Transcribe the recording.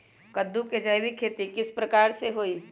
कददु के जैविक खेती किस प्रकार से होई?